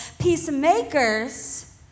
Peacemakers